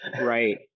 Right